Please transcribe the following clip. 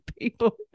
people